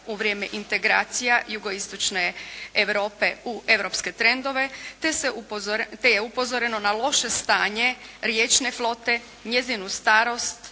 u vrijeme integracija jugoistočne Europe u europske trendove te se, te je upozoreno na loše stanje riječne flote, njezinu starost